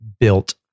built